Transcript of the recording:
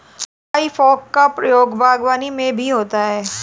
हेइ फोक का प्रयोग बागवानी में भी होता है